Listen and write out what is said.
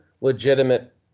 legitimate